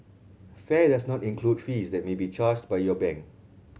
fare does not include fees that may be charged by your bank